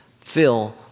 fill